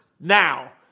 now